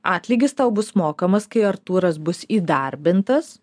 atlygis tau bus mokamas kai artūras bus įdarbintas